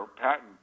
patent